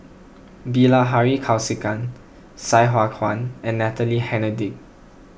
Bilahari Kausikan Sai Hua Kuan and Natalie Hennedige